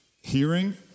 hearing